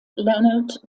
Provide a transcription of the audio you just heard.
leonard